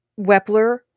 Wepler